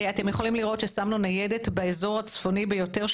אתם יכולים לראות ששמנו ניידת באזור הצפוני ביותר,